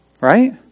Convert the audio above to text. Right